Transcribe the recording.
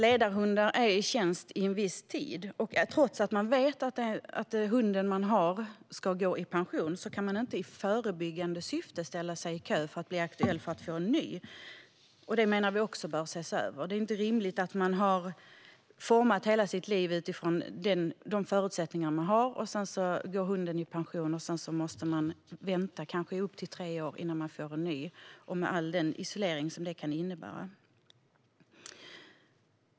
Ledarhundar är i tjänst under en viss tid, och trots att man vet att en hund ska gå i pension är det inte möjligt att i förebyggande syfte ställa sig i kö för att få en ny hund. Detta menar vi bör ses över. När man har format hela sitt liv utifrån de förutsättningar man har och hunden sedan går i pension är det inte rimligt att man måste vänta kanske upp till tre år innan man får en ny med den isolering som det kan innebära.